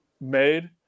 made